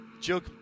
jug